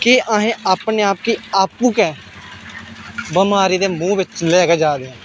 कि असें अपने आप गी आपूं गै बमारी दे मूंह् बिच्च ले के जा दे आं